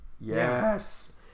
Yes